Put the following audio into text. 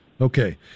Okay